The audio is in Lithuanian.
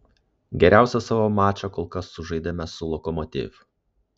geriausią savo mačą kol kas sužaidėme su lokomotiv